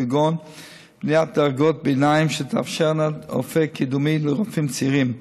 כגון בניית דרגות ביניים שתאפשרנה אופק קידומי לרופאים צעירים.